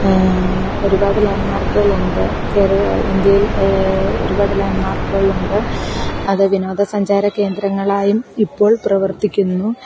ഒരുപാട് ലാന്ഡ് മാര്ക്കുകളുണ്ട് കേര ഇന്ത്യയിൽ ഒരുപാട് ലാന്റ് മാർക്കുകളുണ്ട് അത് വിനോദസഞ്ചാരകേന്ദ്രങ്ങളായും ഇപ്പോൾ പ്രവർത്തിക്കുന്നു